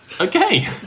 Okay